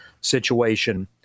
situation